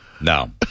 No